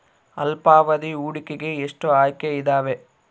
ಅಲ್ಪಾವಧಿ ಹೂಡಿಕೆಗೆ ಎಷ್ಟು ಆಯ್ಕೆ ಇದಾವೇ?